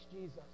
Jesus